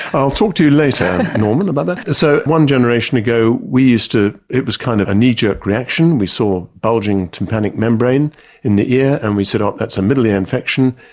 i'll talk to you later, norman, about that! so one generation ago we used to, it was kind of a knee-jerk reaction, we saw bulging tympanic membrane in the ear, and we said ah that's a middle ear infection,